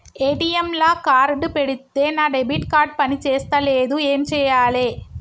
ATM లా card పెడితే నా డెబిట్ కార్డ్ పని చేస్తలేదు ఏం చేయాలే?